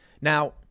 Now